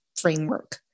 framework